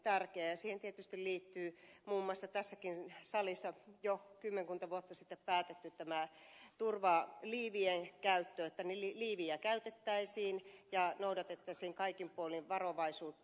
siihen tietysti liittyy muun muassa tässäkin salissa jo kymmenkunta vuotta sitten päätetty turvaliivien käyttö se että liiviä käytettäisiin ja noudatettaisiin kaikin puolin varovaisuutta